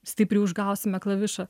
stipriai užgausime klavišą